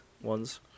ones